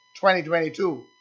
2022